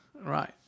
Right